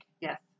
Yes